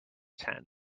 ten